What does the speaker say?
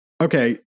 okay